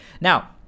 now